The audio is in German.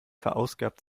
verausgabt